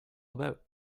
about